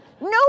No